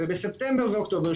ובספטמבר ואוקטובר,